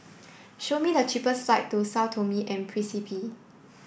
show me the cheapest flights to Sao Tome and Principe